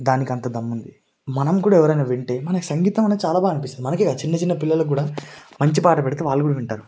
దానికంత దమ్ముంది మనం కూడా ఎవరైనా వింటే మనకు సంగీతం అనేది చాలా బాగా అనిపిస్తుంది మనకే కాదు చిన్న చిన్న పిల్లలు కూడా మంచి పాట పెడితే వాళ్ళు కూడా వింటారు